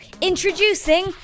Introducing